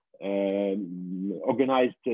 organized